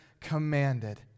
commanded